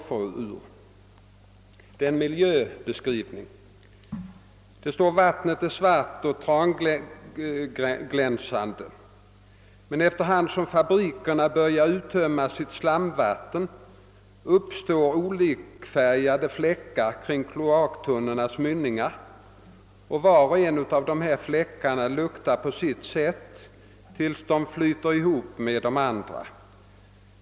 Det är fråga om en miljöbeskrivning och det står där följande: »Vattnet är svart och tranglänsande, men efter hand som fabrikerna börja uttömma sitt slamvatten uppstå olikfärgade fläckar kring kloaktrummornas mynningar, och var och en av dessa fläckar luktar på sitt sätt till dess den flyter ihop med de andra.